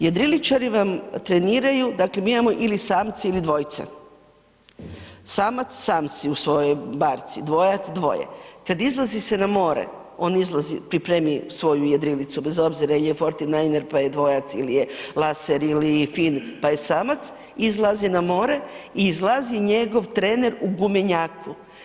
Jedriličari vam treniraju, dakle mi imamo ili samce ili dvojce, samac sam si u svojoj barci, dvojac dvoje, kada se izlazi na more on izlazi pripremi svoju jedrilicu bez obzira je fortinajner pa je dvojac ili je laser ili je fin pa je samac izlazi na more i izlazi njegov trener u gumenjaku.